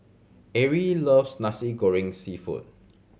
Arie loves Nasi Goreng Seafood